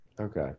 Okay